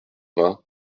vingts